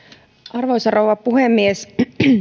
arvoisa rouva puhemies